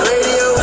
Radio